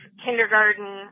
kindergarten